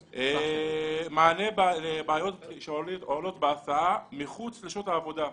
מענה לבעיות שעולות בהסעה מחוץ לשעות העבודה.